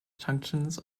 junctions